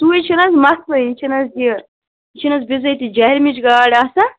سُے چھُ نہٕ حَظ مسلہٕ یہِ چھُ نہ حَظ یہِ یہِ چھُنہٕ بِظٲتی جہلِمچ گاڈ آسان